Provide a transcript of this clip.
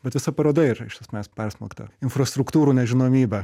bet visa paroda yra ir iš esmės persmelkta infrastruktūrų nežinomybe